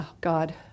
God